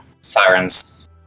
sirens